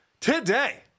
Today